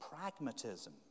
pragmatism